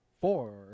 Four